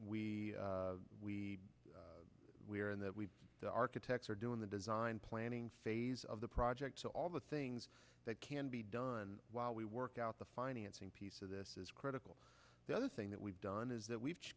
we we we're in that we the architects are doing the design planning phase of the project so all the things that can be done while we work out the financing piece of this is critical the other thing that we've done is that we've